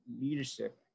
leadership